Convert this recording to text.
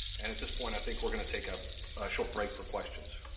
and at this point, i think we're gonna take a short break for questions.